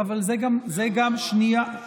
את זה הוא לא אמר.